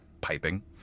Piping